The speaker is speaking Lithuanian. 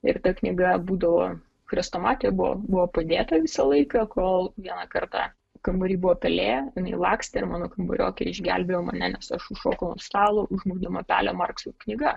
ir ta knyga būdavo chrestomatija buvo buvo padėta visą laiką kol vieną kartą kambary buvo pelė jinai lakstė ir mano kambariokė išgelbėjo mane nes aš užšokau ant stalo užmušdama pelę markso knyga